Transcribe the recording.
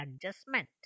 adjustment